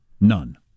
None